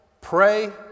pray